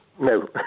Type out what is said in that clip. No